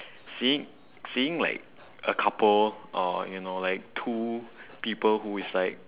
seeing seeing like a couple or you know like two people who is like